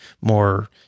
more